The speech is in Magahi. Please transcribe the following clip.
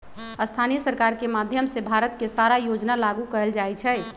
स्थानीय सरकार के माधयम से भारत के सारा योजना लागू कएल जाई छई